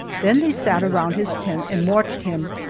then they sat around his tent and watched him,